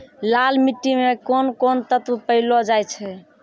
लाल मिट्टी मे कोंन कोंन तत्व पैलो जाय छै?